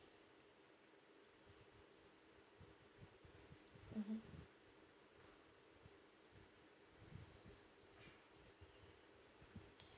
mmhmm